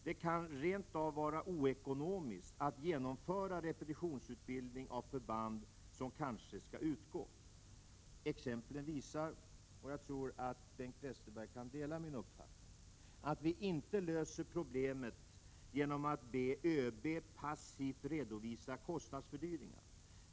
Det kan rent av vara oekonomiskt att genomföra repetitionsutbildning av förband som kanske skall utgå. Exemplen visar — jag tror att Bengt Westerberg kan dela min uppfattning — att vi inte löser problemet genom att be ÖB att passivt redovisa kostnadsfördyringarna.